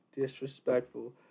disrespectful